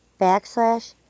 backslash